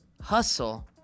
hustle